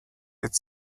its